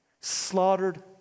slaughtered